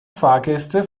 fahrgäste